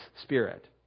spirit